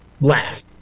laugh